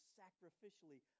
sacrificially